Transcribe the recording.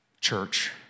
church